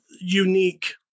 unique